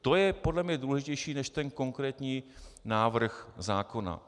To je podle mě důležitější než konkrétní návrh zákona.